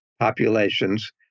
populations